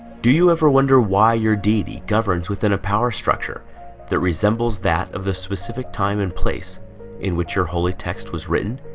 do you ever wonder why your didi governs within a power structure that resembles that of the specific time and place in which? your holy text was written